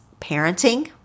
parenting